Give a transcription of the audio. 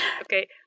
Okay